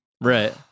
Right